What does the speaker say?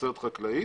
בתוצרת חקלאית,